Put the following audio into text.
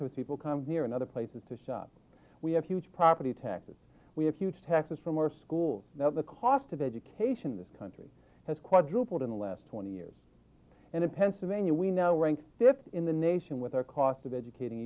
because people come here and other places to shop we have huge property taxes we have huge taxes from our schools the cost of education in this country has quadrupled in the last twenty years and in pennsylvania we now rank fifth in the nation with our cost of educating